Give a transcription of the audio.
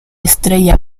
estrella